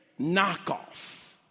knockoff